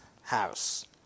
house